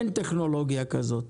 אין טכנולוגיה כזאת.